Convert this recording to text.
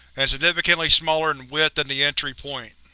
and significantly smaller in width than the entry point.